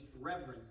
reverence